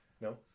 No